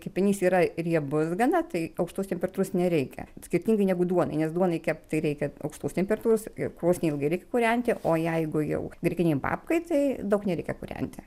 kepinys yra riebus gana tai aukštos temperatūros nereikia skirtingai negu duonai nes duonai kept tai reikia aukštos temperatūros ir krosnį ilgai reikia kūrenti o jeigu jau grikinei babkai tai daug nereikia kūrenti